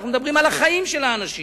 אנחנו מדברים על החיים של האנשים.